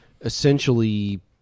essentially